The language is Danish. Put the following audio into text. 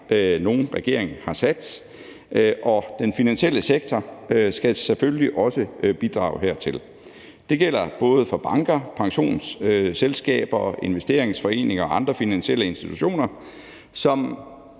nogen regering har sat, og den finansielle sektor skal selvfølgelig også bidrage hertil. Det gælder både for banker, pensionsselskaber og investeringsforeninger og andre finansielle institutioner, som